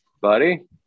buddy